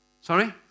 Sorry